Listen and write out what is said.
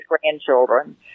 grandchildren